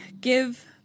Give